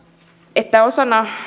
että osana